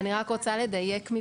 אני רק רוצה לדייק.